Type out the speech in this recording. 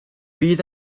bydd